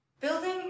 Building